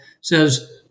says